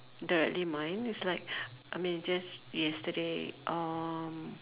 directly mine is like I mean just yesterday um